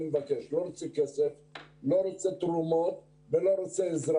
אני לא רוצה כסף ולא תרומות ולא עזרה.